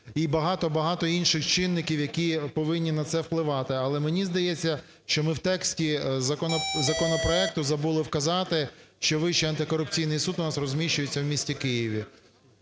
багато-багато інших чинників, які повинні на це впливати. Але, мені здається, що ми в тексті законопроекту забули вказати, що Вищий антикорупційний суд у нас розміщується в місті Києві.